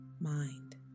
mind